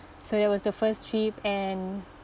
so that was the first trip and